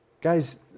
Guys